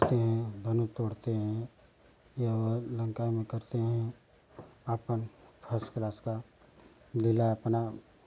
करते हैं धनुष तोड़ते हैं और लंका में करते हैं अपन फर्स्ट क्लास का लीला अपना